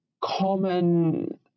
common